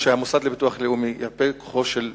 או שהמוסד לביטוח לאומי ייפה את כוחו של מישהו,